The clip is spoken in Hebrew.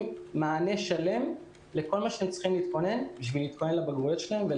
מענה שלם לכל מה שהם צריכים בשביל להתכונן לבגרויות שלהם.